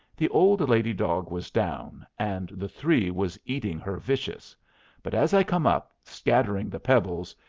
the old lady-dog was down, and the three was eating her vicious but as i come up, scattering the pebbles,